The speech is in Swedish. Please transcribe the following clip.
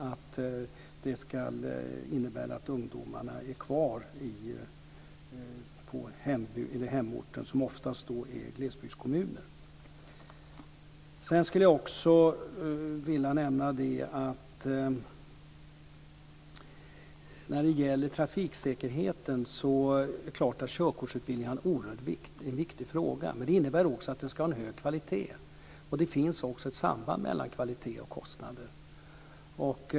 Ambitionen är också att ungdomarna ska vara kvar på hemorten som oftast är en glesbygdskommun. När det gäller trafiksäkerheten är det klart att körkortsutbildningen är en oerhört viktig fråga. Men det innebär också att den ska ha en hög kvalitet. Det finns också ett samband mellan kvalitet och kostnader.